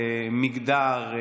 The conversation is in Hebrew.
מגדר,